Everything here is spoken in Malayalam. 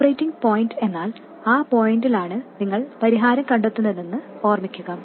ഓപ്പറേറ്റിംഗ് പോയിന്റ് എന്നാൽ ആ പോയിന്റിലാണ് നിങ്ങൾ പരിഹാരം കണ്ടെത്തുന്നതെന്ന് ഓർമ്മിക്കുക